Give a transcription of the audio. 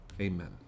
Amen